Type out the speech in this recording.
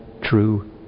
true